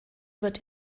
wird